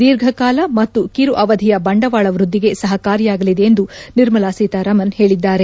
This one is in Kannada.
ದೀರ್ಘಕಾಲ ಮತ್ತು ಕಿರು ಅವಧಿಯ ಬಂಡವಾಳ ವ್ಯದ್ಲಿಗೆ ಸಹಕಾರಿಯಾಗಲಿದೆ ಎಂದು ನಿರ್ಮಲ ಸೀತಾರಾಮನ್ ಹೇಳಿದರು